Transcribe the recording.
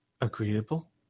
agreeable